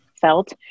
felt